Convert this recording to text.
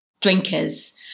drinkers